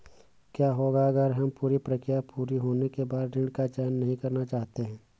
क्या होगा अगर हम पूरी प्रक्रिया पूरी होने के बाद ऋण का चयन नहीं करना चाहते हैं?